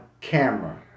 camera